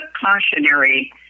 cautionary